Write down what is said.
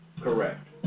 correct